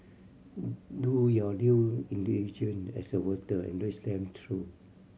do your due as a voter and read them through